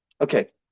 Okay